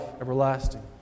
everlasting